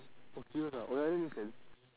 oh serious ah oh ya that makes sense